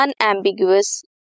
unambiguous